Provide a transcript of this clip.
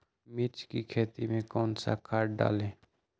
मिर्च की खेती में कौन सा खाद डालें?